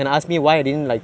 orh he ask you